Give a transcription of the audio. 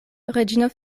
reĝino